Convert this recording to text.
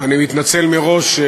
אני מתנצל מראש,